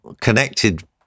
connected